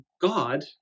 God